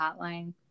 hotline